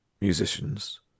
musicians